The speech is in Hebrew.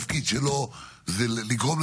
הספקתי אתמול, אז אני אקרא אותם היום.